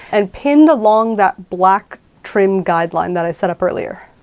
and pinned along that black trim guideline that i set up earlier.